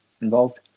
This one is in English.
involved